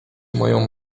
moją